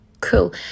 Cool